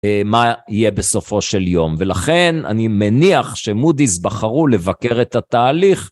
מה יהיה בסופו של יום ולכן אני מניח שמודיס בחרו לבקר את התהליך.